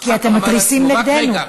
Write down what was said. כי אתם מתריסים נגדנו.